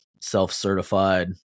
self-certified